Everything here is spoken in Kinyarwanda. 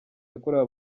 yakorewe